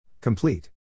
Complete